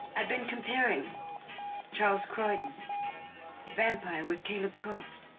i've been comparing charles croydon vampire with caleb croft